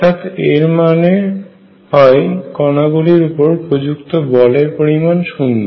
অর্থাৎ এর মানে হয় কণাগুলি উপর প্রযুক্ত বলের পরিমাণ শুন্য